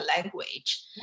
language